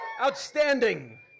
Outstanding